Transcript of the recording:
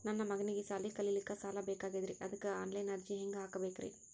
ನನ್ನ ಮಗನಿಗಿ ಸಾಲಿ ಕಲಿಲಕ್ಕ ಸಾಲ ಬೇಕಾಗ್ಯದ್ರಿ ಅದಕ್ಕ ಆನ್ ಲೈನ್ ಅರ್ಜಿ ಹೆಂಗ ಹಾಕಬೇಕ್ರಿ?